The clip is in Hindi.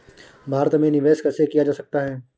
भारत में निवेश कैसे किया जा सकता है?